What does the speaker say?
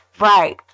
Right